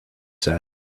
said